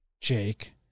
Jake